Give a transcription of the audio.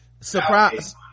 surprise